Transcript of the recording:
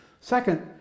Second